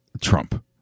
Trump